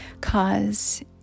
cause